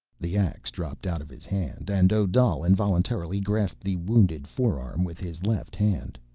the ax dropped out of his hand, and odal involuntarily grasped the wounded forearm with his left hand.